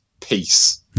peace